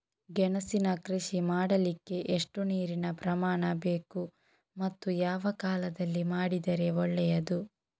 ಗೆಣಸಿನ ಕೃಷಿ ಮಾಡಲಿಕ್ಕೆ ಎಷ್ಟು ನೀರಿನ ಪ್ರಮಾಣ ಬೇಕು ಮತ್ತು ಯಾವ ಕಾಲದಲ್ಲಿ ಮಾಡಿದರೆ ಒಳ್ಳೆಯದು?